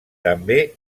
també